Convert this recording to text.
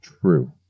True